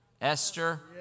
Esther